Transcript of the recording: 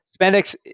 spandex